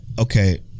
okay